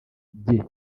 bye